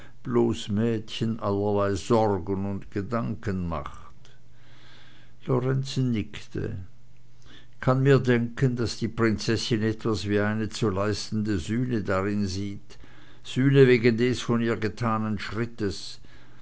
bloß mädchen allerlei sorgen und gedanken macht lorenzen nickte kann mir's denken daß die prinzessin etwas wie eine zu leistende sühne darin sieht sühne wegen des von ihr getanen schrittes